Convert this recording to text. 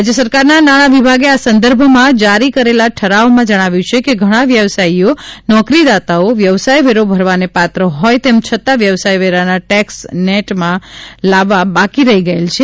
રાજ્ય સરકારના નાણાં વિભાગે આ સંદર્ભમાં જારી કરેલા ઠરાવમાં જણાવ્યું છે કે ઘણા વ્યવસાયીઓ નોકરીદાતાઓ વ્યવસાયવેરો ભરવાને પાત્ર હોય તેમ છતાં વ્યવસાય વેરાના ટેકસ નેટમાં લાવવાના બાકી રહી ગયેલ છે